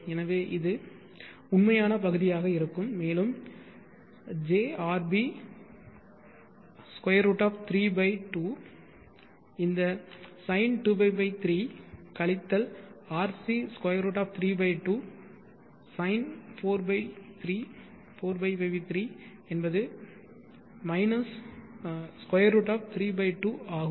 எனவே இது உண்மையான பகுதியாக இருக்கும் மேலும் jrb √ √3 2 இந்த sin2π 3 கழித்தல் rc √ 32 sin4π 3 என்பது √3 2 ஆகும்